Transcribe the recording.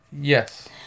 Yes